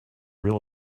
real